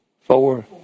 Four